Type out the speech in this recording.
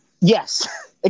Yes